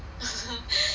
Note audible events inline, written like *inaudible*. *laughs*